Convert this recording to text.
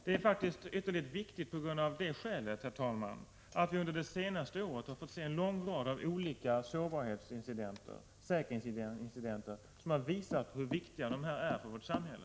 Det är faktiskt ytterligt viktigt av det skälet att vi under det senaste året har fått uppleva en lång rad sårbarhetsoch säkerhetsincidenter, som visat hur viktiga de sakerna är för vårt samhälle.